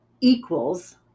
equals